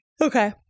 okay